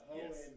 yes